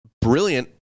brilliant